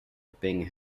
bing